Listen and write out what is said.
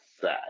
sad